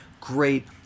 great